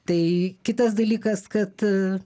tai kitas dalykas kad